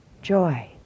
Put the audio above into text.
joy